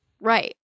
right